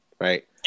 right